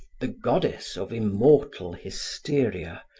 the goddess of immortal hysteria,